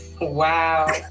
Wow